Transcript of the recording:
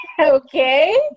okay